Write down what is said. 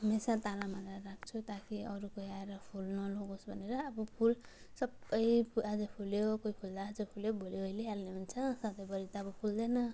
हमेसा ताला मारेर राख्छु ताकि अरू कोही आएर फुल नलगोस् भनेर अब फुल सबै फुल आज फुल्यो कोही फुल आज फुल्यो भोलि ओइलाइहाल्ने हुन्छ सधैँभरि त अब फुल्दैन